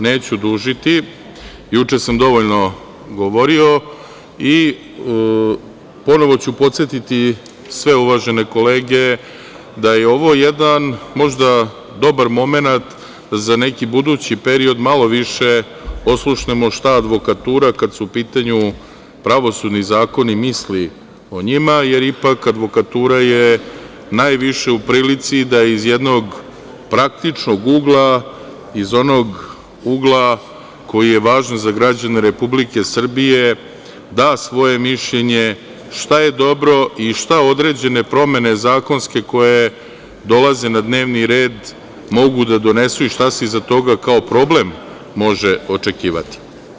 Neću dužiti, juče sam dovoljno govorio i ponovo ću podsetiti sve uvažene kolege da je ovo jedan, možda, dobar momenat za neki budući period da malo više oslušnemo šta advokatura, kada su u pitanju pravosudni zakoni, misli o njima, jer ipak advokatura je najviše u prilici da iz jednog praktičnog ugla iz onog ugla koji je važan za građane Republike Srbije da svoje mišljenje šta je dobro i šta određene promene zakonske koje dolaze na dnevni red mogu da donesu i šta se iza toga, kao problem može očekivati.